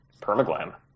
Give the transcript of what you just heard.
Permaglam